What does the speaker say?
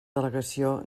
delegació